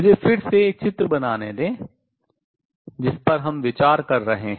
मुझे फिर से एक चित्र बनाने दें जिस पर हम विचार कर रहे हैं